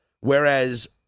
Whereas